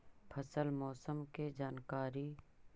फसल मौसम के जानकारी?